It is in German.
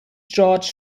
george